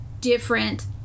different